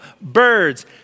birds